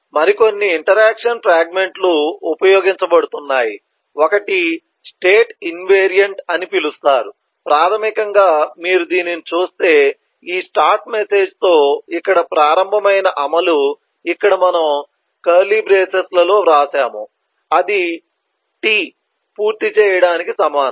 మరికొన్ని interaction fragment లు ఉపయోగించబడుతున్నాయి ఒకటి స్టేట్ ఇన్విరియంట్ అని పిలుస్తారు ప్రాథమికంగా మీరు దీనిని చూస్తే ఈ స్టార్ట్ మెసేజ్ తో ఇక్కడ ప్రారంభమైన అమలు ఇక్కడ మనము కర్లీ బ్రేసెస్ లలో వ్రాశాము అది t పూర్తి చేయడానికి సమానం